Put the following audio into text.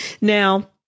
Now